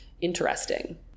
interesting